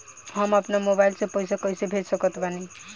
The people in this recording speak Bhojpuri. हम अपना मोबाइल से पैसा कैसे भेज सकत बानी?